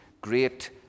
great